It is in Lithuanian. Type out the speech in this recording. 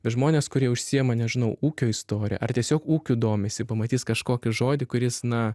žmonės kurie užsiima nežinau ūkio istorija ar tiesiog ūkiu domisi pamatys kažkokį žodį kuris na